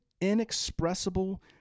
inexpressible